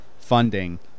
funding